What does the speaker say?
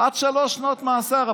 עד שלוש שנות מאסר.